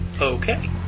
Okay